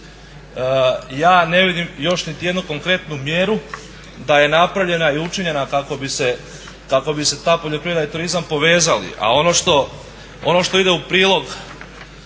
Ja ne vidim još nitijednu konkretnu mjeru, da je napravljena ili učinjena kako bi se ta poljoprivreda i turizam povezali. A ono što ide u prilog,